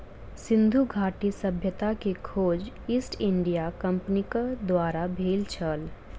सिंधु घाटी सभ्यता के खोज ईस्ट इंडिया कंपनीक द्वारा भेल छल